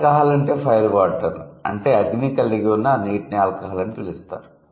alcohol అంటే firewater అంటే అగ్నిని కలిగి ఉన్న నీటిని ఆల్కహాల్ అని పిలుస్తారు